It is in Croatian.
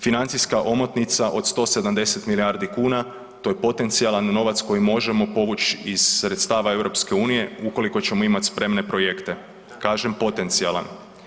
Financijska omotnica od 170 milijardi kuna to je potencijalan novac koji možemo povući iz sredstava EU ukoliko ćemo imati spremne projekte, kažem potencijalan.